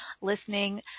listening